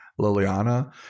Liliana